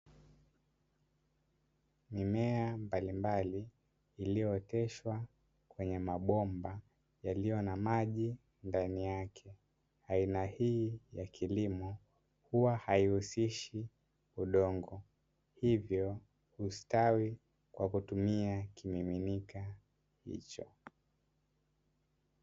Mimea mbalimbali iliyooteshwa kwenye mabomba yaliyo na maji ndani yake. Aina hii ya kilimo huwa haihusishi udongo, hivyo hustawi kwa kutumia kimiminika hicho.